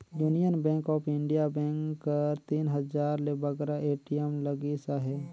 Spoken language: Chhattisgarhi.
union bank of India bank कर तीन हजार ले बगरा ए.टी.एम लगिस अहे